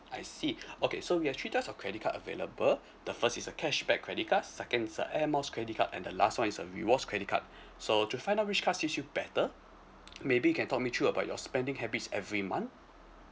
I see okay so we have three types of credit card available the first is a cashback credit card second is a air miles credit card and the last one is the rewards credit card so to find out which one suits you better maybe you can talk me through about your spending habits every month